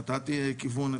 נתתי כיוון,